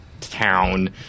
town